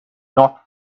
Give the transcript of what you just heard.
not